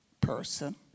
person